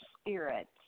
spirit